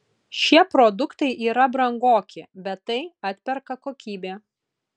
šie produktai yra brangoki bet tai atperka kokybė